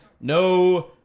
no